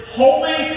holy